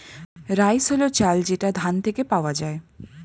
rice হল চাল যেটা ধান থেকে পাওয়া যায়